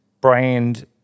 brand